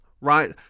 right